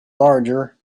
larger